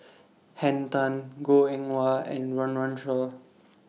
Henn Tan Goh Eng Wah and Run Run Shaw